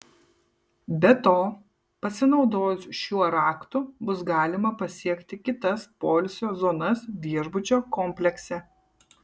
be to pasinaudojus šiuo raktu bus galima pasiekti kitas poilsio zonas viešbučio komplekse